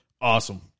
awesome